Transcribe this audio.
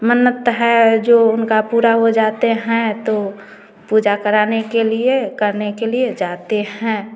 मन्नत है जो उनका पूरा हो जाते हैं तो पूजा कराने के लिए करने के लिए जाते हैं